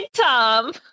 Tom